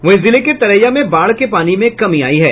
वहीं जिले के तरैया में बाढ़ के पानी में कमी आयी है